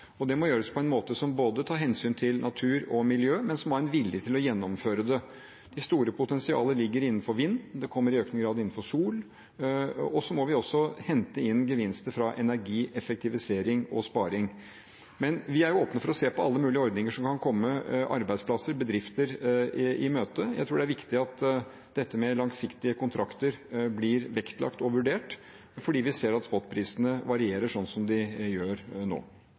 Det må gjøres på en måte som tar hensyn til både natur og miljø, men som har en vilje til å gjennomføre det. Det store potensialet ligger innenfor vind. Det kommer i økende grad innenfor sol. Vi må også hente inn gevinster fra energieffektivisering og -sparing. Men vi er åpne for å se på alle mulige ordninger som kan komme arbeidsplasser, bedrifter i møte. Jeg tror det er viktig at dette med langsiktige kontrakter blir vektlagt og vurdert, fordi vi ser at spotprisene varierer sånn som de gjør nå.